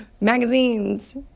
magazines